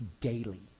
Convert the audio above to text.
daily